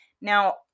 Now